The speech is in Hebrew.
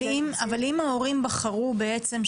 אבל אם ההורים בחרו בעצם,